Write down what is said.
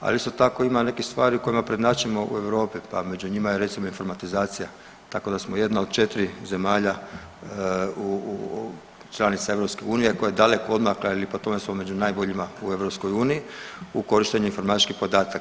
ali isto tako ima i nekih stvari kojima prednjačimo u Europi pa među njima je recimo informatizacija, tako da smo jedna od četiri zemalja članica EU koja je daleko odmakla ili po tome su među najboljima u EU u korištenju informatičkih podataka.